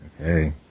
Okay